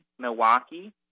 milwaukee